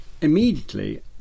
immediately